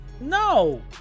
No